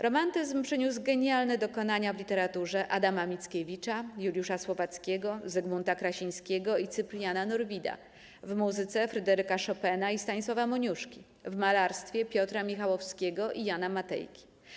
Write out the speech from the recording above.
Romantyzm przyniósł genialne dokonania w literaturze Adama Mickiewicza, Juliusza Słowackiego, Zygmunta Krasińskiego i Cypriana Norwida, w muzyce Fryderyka Chopina i Stanisława Moniuszki, w malarstwie Piotra Michałowskiego i Jana Matejki.